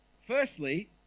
Firstly